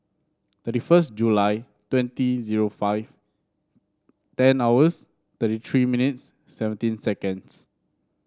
thirty first July twenty zero five ten hours thirty three minutes seventeen seconds